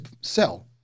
sell